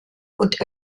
und